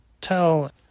tell